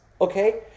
Okay